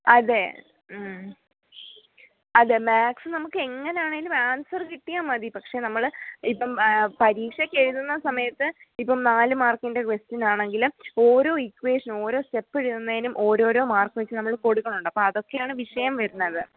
അതെ അതെ മാക്സ്സ് നമുക്കെങ്ങനാണേലും ആൻസറ് കിട്ടിയാൽ മതി പക്ഷേ നമ്മൾ ഇപ്പം പരീക്ഷക്ക് എഴുതുന്ന സമയത്ത് ഇപ്പം നാല് മാർക്കിൻ്റെ ക്വസ്റ്റ്യനാണെങ്കിൽ ഓരോ ഇക്ക്വേഷനും ഓരോ സ്റ്റെപ്പെഴ്ത്ന്നേയ്നും ഓരോരോ മാർക്ക് വെച്ച് നമ്മൾ കൊടുക്കണുണ്ട് അപ്പോൾ അതക്കെയാണ് വിഷയം വരുന്നത്